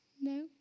no